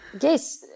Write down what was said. Yes